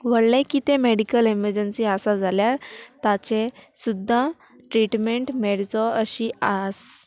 व्हडलें कितें medical emergency आसा जाल्यार ताचें सुद्दां ट्रिटमेंट मेळचो अशी आस